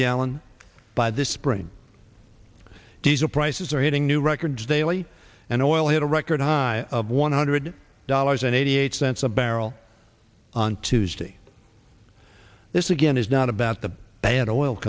gallon by this spring diesel prices are hitting new records daily and oil hit a record high of one hundred dollars and eighty eight cents a barrel on tuesday this again is not about the bad o